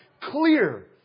clear